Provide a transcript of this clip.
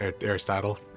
Aristotle